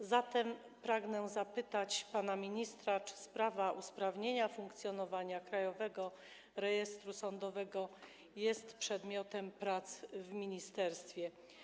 A zatem pragnę zapytać pana ministra: Czy sprawa usprawnienia funkcjonowania Krajowego Rejestru Sądowego jest przedmiotem prac w ministerstwie?